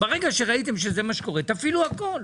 ברגע שראיתם שזה מה שקורה, תפעילו הכול.